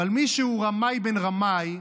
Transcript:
מי שהוא רמאי בן רמאי,